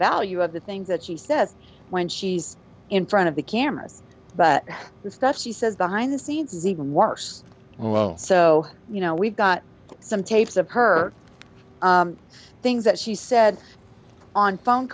value of the things that she says when she's in front of the cameras but the stuff she says behind the scenes is even works well so you know we've got some tapes of her things that she said on phone